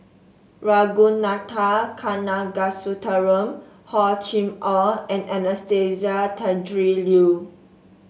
Ragunathar Kanagasuntheram Hor Chim Or and Anastasia Tjendri Liew